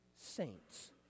saints